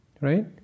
right